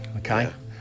okay